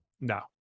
No